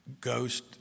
ghost